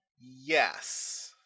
Yes